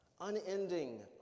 unending